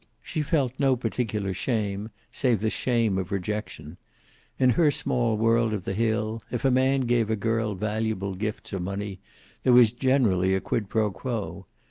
she felt no particular shame, save the shame of rejection in her small world of the hill, if a man gave a girl valuable gifts or money there was generally a quid pro quo.